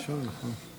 כן, נכון, הראשון.